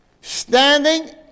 Standing